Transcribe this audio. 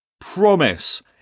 promise